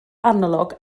analog